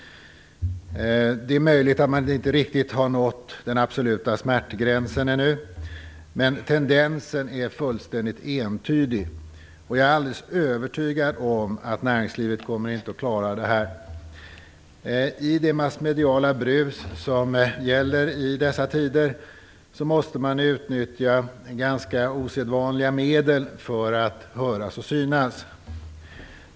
Det är möjligt att vi ännu inte riktigt har nått den absoluta smärtgränsen, men tendensen är fullständigt entydig. Jag är alldeles övertygad om att näringslivet inte kommer att klara det här. I det massmediala brus som gäller i dessa tider måste man utnyttja ganska osedvanliga medel för att höras och synas.